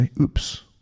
oops